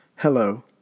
Hello